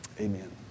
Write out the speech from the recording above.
Amen